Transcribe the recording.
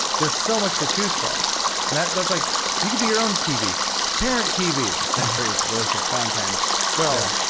there's so much to choose from and that's like you could be your own tv parent tv a century's worth of content well,